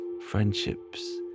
friendships